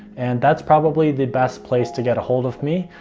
and that's probably the best place to get a hold of me.